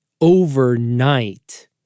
overnight